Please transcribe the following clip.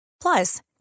Plus